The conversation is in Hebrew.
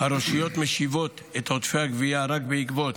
הרשויות משיבות את עודפי הגבייה רק בעקבות